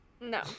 no